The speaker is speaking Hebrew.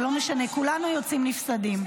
זה לא משנה, כולנו יוצאים נפסדים.